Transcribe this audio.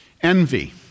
Envy